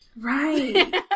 Right